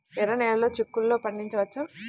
ఎర్ర నెలలో చిక్కుల్లో పండించవచ్చా?